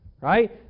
Right